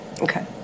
okay